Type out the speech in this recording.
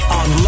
on